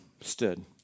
stood